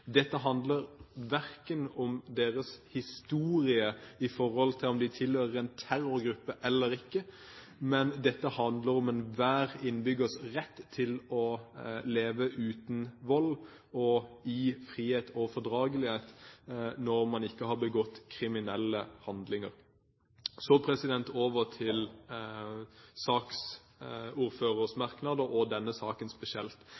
Dette handler ikke om at noen mener de tilhører en terrorgruppe eller ikke. Men dette handler om enhver innbyggers rett til å leve uten vold og i frihet og fordragelighet når man ikke har begått kriminelle handlinger. Så over til saksordførerens merknader og denne saken spesielt.